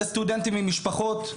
יש סטודנטים עם משפחות.